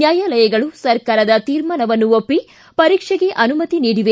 ನ್ಯಾಯಾಲಯಗಳು ಸರ್ಕಾರದ ತೀರ್ಮಾನವನ್ನು ಒಪ್ಪಿ ಪರೀಕ್ಷೆಗೆ ಅನುಮತಿ ನೀಡಿವೆ